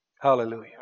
Hallelujah